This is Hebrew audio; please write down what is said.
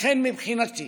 לכן מבחינתי